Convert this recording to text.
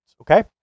Okay